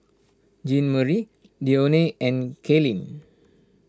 Jeanmarie Dione and Kailyn